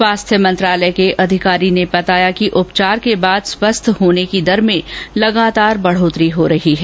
स्वास्थ्य मंत्रालय के अधिकारी ने बताया कि उपचार के बाद स्वस्थ होने की दर में लगातार वृद्धि हो रही है